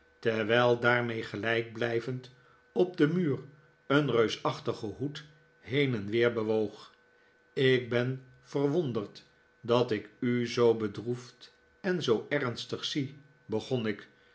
terwijl daarmee gelijk blijvend op den muur een reusachtige hoed heen en weer bewoog ik ben verwonderd dat ik u zoo bedroefd en zoo ernstig zie begon ik